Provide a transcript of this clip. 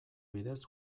bidez